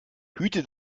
hüte